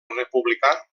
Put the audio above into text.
republicà